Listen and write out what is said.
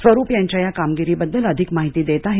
स्वरुप यांच्या या कामगिरीबद्दल अधिक माहिती देत आहेत